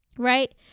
Right